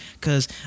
Cause